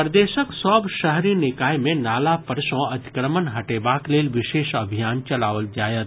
प्रदेशक सभ शहरी निकाय मे नाला पर सँ अतिक्रमण हटेबाक लेल विशेष अभियान चलाओल जायत